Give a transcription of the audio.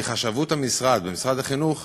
חשבוּת משרד החינוך